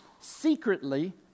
secretly